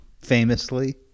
famously